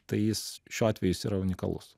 tai jis šiuo atveju jis yra unikalus